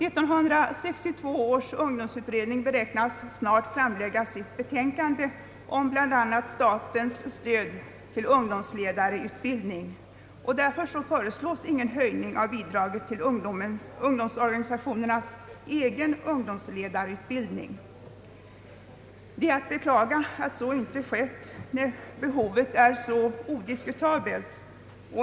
1962 års ungdomsutredning beräknas snart framlägga sitt betänkande om bland annat statens stöd till ungdomsledarutbildning, varför ingen höjning föreslås av bidraget till ungdomsorganisationernas egen ungdomsledarutbildning. Det är att beklaga att så inte har skett, mot bakgrunden av att behovet är så odiskutabelt.